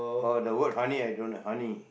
orh the word honey I don't honey